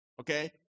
Okay